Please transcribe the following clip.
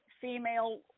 female